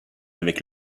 avec